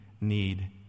need